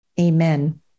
Amen